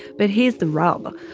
but here's the rub.